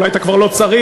אולי אתה כבר לא צריך,